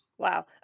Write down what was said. Wow